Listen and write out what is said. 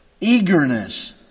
Eagerness